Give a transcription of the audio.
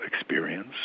experience